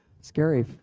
scary